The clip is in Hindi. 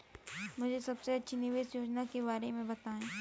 मुझे सबसे अच्छी निवेश योजना के बारे में बताएँ?